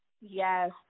Yes